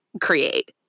create